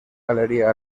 galería